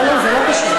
לא לא, זה לא קשור.